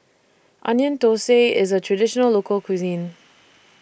Onion Thosai IS A Traditional Local Cuisine